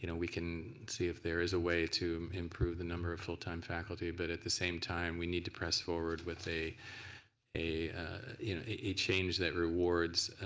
you know we can see if there is a way to improve the number of full time faculty, but at the same time we need to press forward with a a you know change that rewards